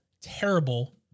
terrible